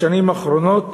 בשנים האחרונות